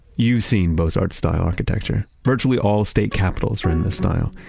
you've seen beaux-arts style architecture. virtually all state capitals are in this style.